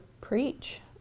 Preach